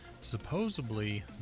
supposedly